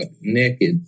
naked